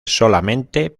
solamente